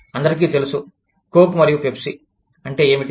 అందరికీ తెలుసు కోక్ మరియు పెప్సి అంటే ఏమిటి